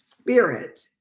spirit